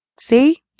See